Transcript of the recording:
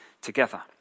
together